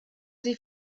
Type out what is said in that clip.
sie